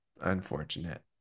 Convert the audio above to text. Unfortunate